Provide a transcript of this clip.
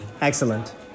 Excellent